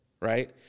right